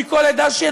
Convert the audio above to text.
מכל עדה שהיא,